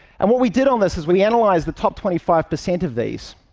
and what we did on this is we analyzed the top twenty five percent of these,